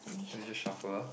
then you just shuffle ah